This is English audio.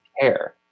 care